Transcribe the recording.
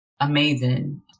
amazing